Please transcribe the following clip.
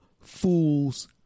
fools